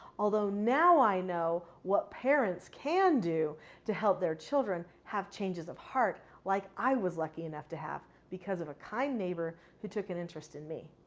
although now i know what parents can do to help their children have changes of heart like i was lucky enough to have because of a kind neighbor who took an interest in me.